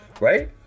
right